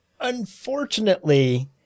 unfortunately